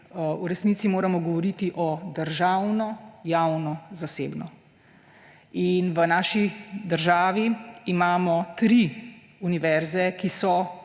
V resnici moramo govoriti o državno-javno-zasebno. V naši državi imamo tri univerze, ki so